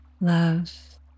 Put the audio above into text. love